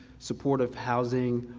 supportive housing,